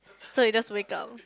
so you just wake up